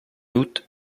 août